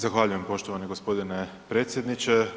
Zahvaljujem poštovani gospodine predsjedniče.